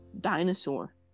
dinosaur